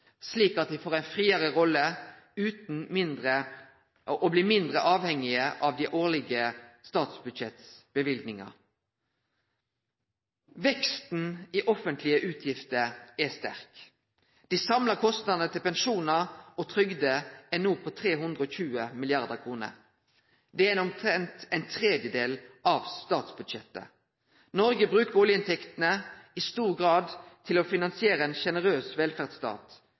slik at dei får ei friare rolle og blir mindre avhengige av dei årlege løyvingane over statsbudsjettet. Veksten i offentlege utgifter er sterk. Dei samla kostnadene til pensjonar og trygder er no på 320 mrd. kr. Det er omtrent ein tredel av statsbudsjettet. Noreg bruker oljeinntektene til i stor grad å finansiere ein sjenerøs velferdsstat,